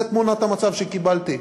זו תמונת המצב שקיבלתי.